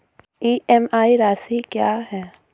EMI राशि क्या है?